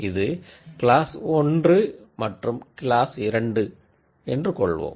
இது கிளாஸ் 1 மற்றும் இது கிளாஸ் 2 என்று கொள்வோம்